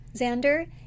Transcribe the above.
Xander